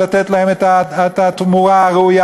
ולתת להם את התמורה הראויה,